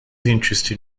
interested